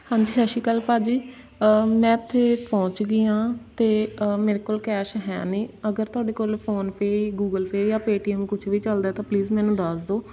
ਹਾਂਜੀ ਸਤਿ ਸ਼੍ਰੀ ਅਕਾਲ ਭਾਅ ਜੀ ਮੈਂ ਇੱਥੇ ਪਹੁੰਚ ਗਈ ਹਾਂ ਅਤੇ ਮੇਰੇ ਕੋਲ ਕੈਸ਼ ਹੈ ਨਹੀਂ ਅਗਰ ਤੁਹਾਡੇ ਕੋਲ ਫੋਨ ਪੇ ਗੂਗਲ ਪੇ ਜਾਂ ਪੇ ਟੀ ਐੱਮ ਕੁਝ ਵੀ ਚੱਲਦਾ ਆ ਤਾਂ ਪਲੀਜ਼ ਮੈਨੂੰ ਦਸ ਦਿਓ